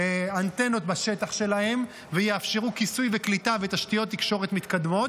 אנטנות בשטח שלהן ויאפשרו כיסוי וקליטה בתשתיות תקשורת מתקדמות.